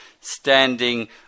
standing